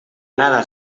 nada